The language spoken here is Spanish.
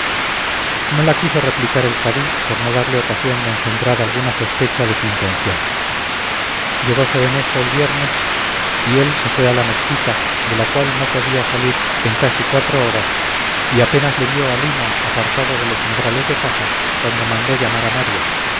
no la quiso replicar el cadí por no darle ocasión de engendrar alguna sospecha de su intención llegóse en esto el viernes y él se fue a la mezquita de la cual no podía salir en casi cuatro horas y apenas le vio halima apartado de los umbrales de casa cuando mandó llamar a mario